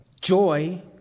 Joy